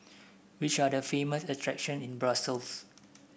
which are the famous attractions in Brussels